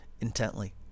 intently